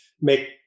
make